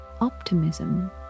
Optimism